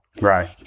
Right